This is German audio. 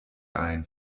ein